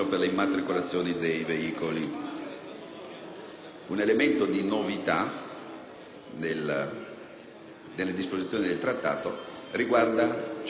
Un elemento di novità delle disposizioni del Trattato riguarda ciò che disciplina i cosiddetti *sky marshals*,